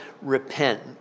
Repent